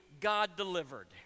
God-delivered